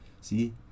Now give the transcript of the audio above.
See